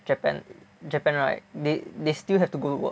Japan Japan right they they still have to go work